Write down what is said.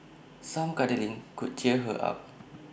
some cuddling could cheer her up